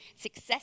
Success